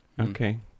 Okay